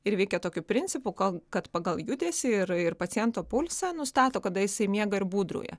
ir veikia tokiu principu kad pagal judesį ir ir paciento pulsą nustato kada jisai miega ir būdrauja